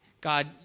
God